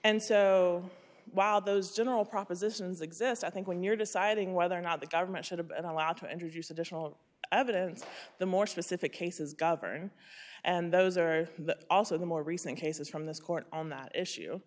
and so while those general propositions exist i think when you're deciding whether or not the government should have been allowed to introduce additional evidence the more specific cases govern and those are also the more recent cases from this court on that issue